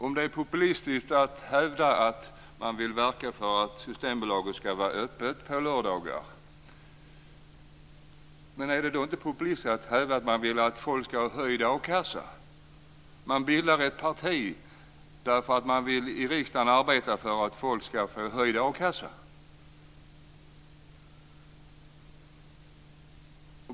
Om det är populistiskt att verka för att Systembolaget ska vara öppet på lördagar, är det då inte populistiskt att hävda att man vill att folk ska ha höjd a-kassa? Man bildar ett parti för att man vill arbeta i riksdagen för att folk ska få höjd a-kassa.